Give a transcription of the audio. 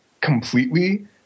completely